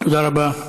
תודה רבה.